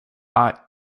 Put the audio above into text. ought